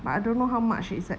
but I don't know how much is that